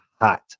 hot